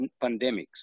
pandemics